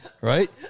right